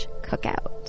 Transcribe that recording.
cookout